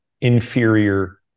inferior